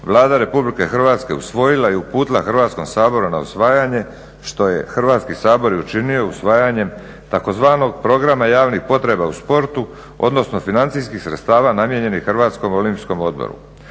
Vlada RH usvojila i uputila Hrvatskom saboru na usvajanje što je Hrvatski sabor i učinio usvajanjem takozvanog programa javnih potreba u sportu odnosno financijskih sredstva namijenjenih Hrvatskom olimpijskom odboru.